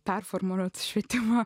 performuoti švietimą